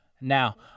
now